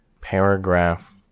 Paragraph